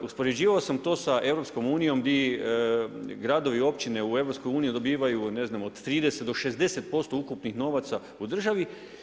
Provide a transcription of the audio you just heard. Uspoređivao sam to sa EU, di gradovi i općine u EU, dobivaju, ne znam, od 30 do 60% ukupnih novaca u državi.